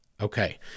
Okay